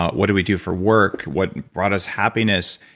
what do we do for work, what brought us happiness.